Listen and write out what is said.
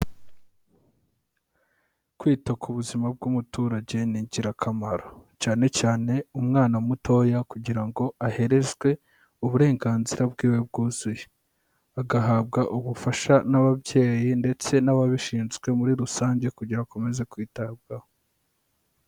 Kwita ku buzima bw'umuturage ni ingirakamaro. Cyane cyane umwana mutoya kugira ngo aherezwe uburenganzira bw'iwe bwuzuye. Agahabwa ubufasha n'ababyeyi ndetse n'ababishinzwe muri rusange kugira ngo akomeze kwitabwaho.